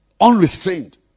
unrestrained